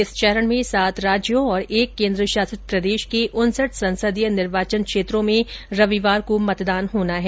इस चरण में सात राज्यों और एक केन्द्र शासित प्रदेश के उनसठ संसदीय निर्वाचन क्षेत्र में रविवार को मतदान होना है